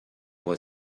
were